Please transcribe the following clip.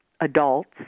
adults